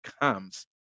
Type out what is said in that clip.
comes